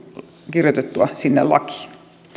kirjoitettua sinne lakiin